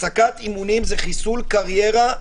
הפסקת אימונים זה חיסול קריירה,